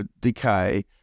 decay